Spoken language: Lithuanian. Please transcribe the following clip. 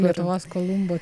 lietuvos kolumbo